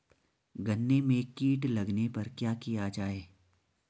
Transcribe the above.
गन्ने में कीट लगने पर क्या किया जाये?